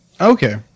Okay